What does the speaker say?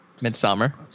Midsummer